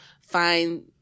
find